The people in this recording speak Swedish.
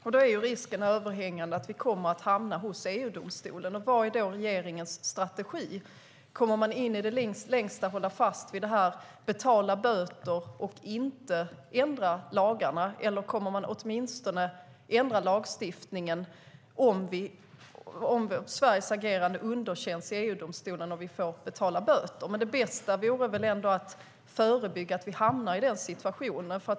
Risken är då överhängande att vi kommer att hamna hos EU-domstolen. Vad är regeringens strategi? Kommer den i det längsta att hålla fast vid att betala böter och inte ändra lagarna, eller kommer den åtminstone att ändra lagstiftningen om Sveriges agerande underkänns i EU-domstolen och vi får betala böter? Det bästa vore väl ändå att förebygga att vi hamnar i den situationen.